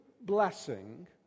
blessing